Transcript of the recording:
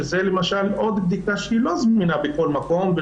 שזו למשל עוד בדיקה שהיא לא זמינה בכל מקום,